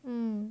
um